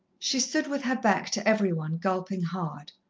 she stood with her back to every one, gulping hard.